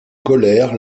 colère